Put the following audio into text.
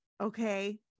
Okay